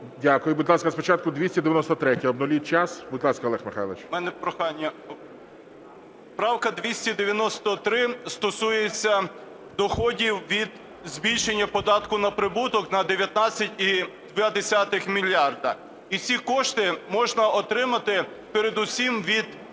Дякую. Будь ласка, спочатку 293-я. Обнуліть час. Будь ласка, Олег Михайлович. 13:47:13 СИНЮТКА О.М. У мене прохання, правка 293 стосується доходів від збільшення податку на прибуток на 19,2 мільярда, і ці кошти можна отримати передусім від